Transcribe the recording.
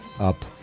up